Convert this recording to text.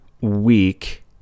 week